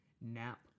Nap